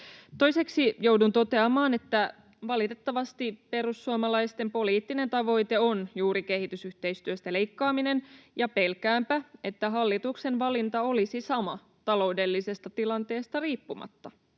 Toiseksi joudun toteamaan, että valitettavasti perussuomalaisten poliittinen tavoite on juuri kehitysyhteistyöstä leikkaaminen, ja pelkäänpä, että hallituksen valinta olisi sama taloudellisesta tilanteesta riippumatta.